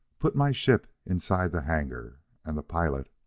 put my ship inside the hangar and the pilot,